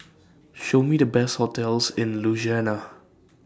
Show Me The Best hotels in Ljubljana